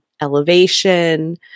elevation